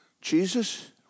Jesus